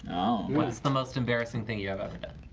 what's the most embarrassing thing you've ever done.